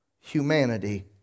humanity